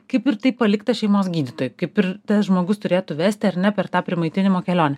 kaip ir tai palikta šeimos gydytojui kaip ir tas žmogus turėtų vesti ar ne per tą prie maitinimo kelionę